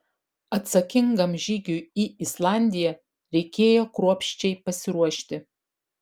atsakingam žygiui į islandiją reikėjo kruopščiai pasiruošti